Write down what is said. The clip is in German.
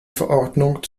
verordnung